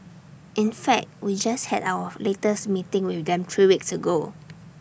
in fact we just had our latest meeting with them three weeks ago